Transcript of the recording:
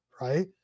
right